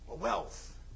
wealth